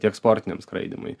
tiek sportiniam skraidymui